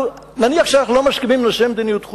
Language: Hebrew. נניח שאנחנו לא מסכימים בנושא מדיניות חוץ,